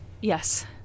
Yes